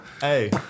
Hey